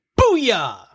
booyah